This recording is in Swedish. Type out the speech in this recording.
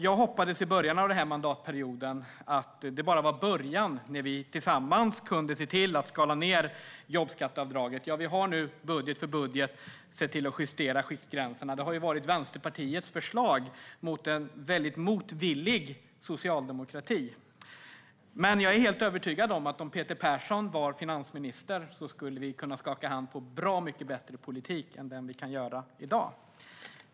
Jag hoppades i början av denna mandatperiod att det bara var början när vi tillsammans kunde se till att skala ned jobbskatteavdraget. Vi har nu budget för budget sett till att justera skiktgränserna. Det har varit Vänsterpartiets förslag mot en mycket motvillig socialdemokrati. Men jag är helt övertygad om att om Peter Persson var finansminister skulle vi kunna skaka hand i fråga om en bra mycket bättre politik än vi kan i dag.